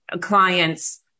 clients